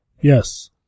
Yes